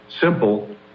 simple